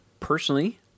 Personally